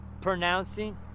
pronouncing